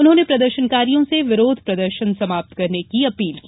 उन्होंने प्रदर्शनकारियों से विरोध प्रदर्शन समाप्त करने की अपील की